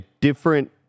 different